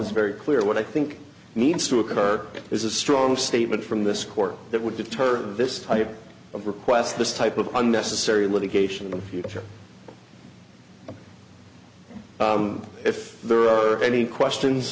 is very clear what i think needs to occur is a strong statement from this court that would deter this type of requests this type of unnecessary litigation in the future if there are any questions